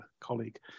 colleague